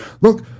Look